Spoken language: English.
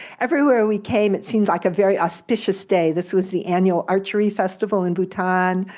everywhere we came it seemed like a very auspicious day. this was the annual archery festival in bhutan.